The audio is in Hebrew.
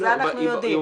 זה אנחנו יודעים.